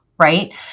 Right